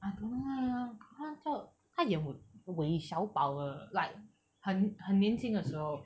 I don't know leh 他叫他演文卫小宝的 like 很很年轻的时候